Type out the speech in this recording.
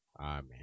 Amen